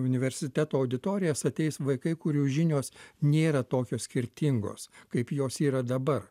universiteto auditorijas ateis vaikai kurių žinios nėra tokios skirtingos kaip jos yra dabar